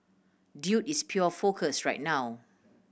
dude is pure focus right now